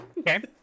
Okay